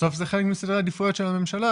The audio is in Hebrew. בסוף זה חלק מסדרי עדיפויות של הממשלה.